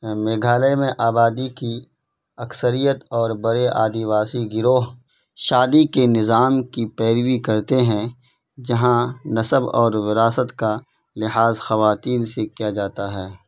میگھالیہ میں آبادی کی اکثریت اور برے آدیواسی گروہ شادی کے نظام کی پیروی کرتے ہیں جہاں نسب اور وراثت کا لحاظ خواتین سے کیا جاتا ہے